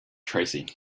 tracy